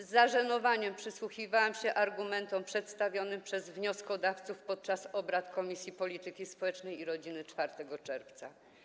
Z zażenowaniem przysłuchiwałam się argumentom przedstawionym przez wnioskodawców podczas obrad Komisji Polityki Społecznej i Rodziny 4 czerwca.